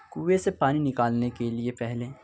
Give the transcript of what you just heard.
کنویں سے پانی نکالنے کے لیے پہلے